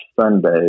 Sunday